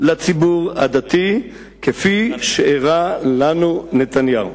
לציבור הדתי כפי שהרע לנו נתניהו,